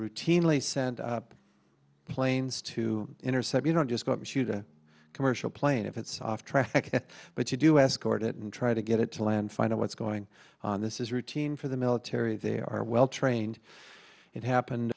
routinely sent up planes to intercept you don't just go to shoot a commercial plane if it's off track but you do escort it and try to get it to land find out what's going on this is routine for the military they are well trained it happened